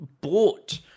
bought